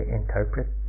interpret